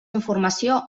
informació